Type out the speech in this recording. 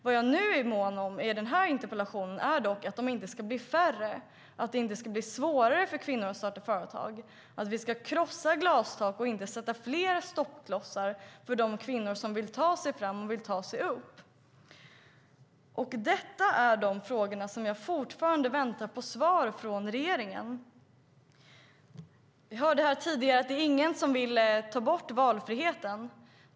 Vad jag är mån om i den här interpellationen är dock att de inte ska bli färre, att det inte ska bli svårare för kvinnor att starta företag. Vi ska krossa glastak, inte sätta fler stoppklossar för de kvinnor som vill ta sig fram och upp. Detta är de frågor som jag fortfarande väntar på svar på från regeringen. Vi hörde här tidigare att ingen vill ta bort valfriheten.